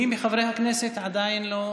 מי מחברי הכנסת עדיין לא,